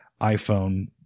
iPhone